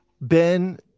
Ben